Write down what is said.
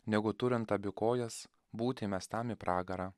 negu turint abi kojas būti įmestam į pragarą